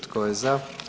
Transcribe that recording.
Tko je za?